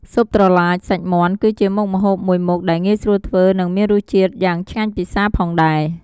ស៊ុបត្រឡាច សាច់មាន់ គឺជាមុខម្ហូបមួយមុខដែលងាយស្រួលធ្វើ និងមានរសជាតិយ៉ាងឆ្ងាញ់ពិសាផងដែរ។